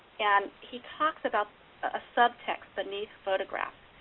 and he talks about a subtext that needs photographs,